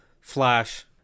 Flash